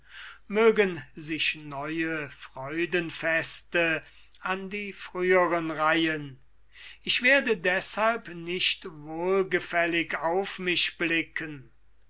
mögen sich neue freudenfeste an die früheren reihen ich werde deshalb nicht wohlgefällig auf mich blicken